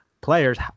players